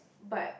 but